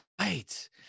Right